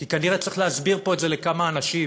כי כנראה צריך להסביר פה את זה לכמה אנשים: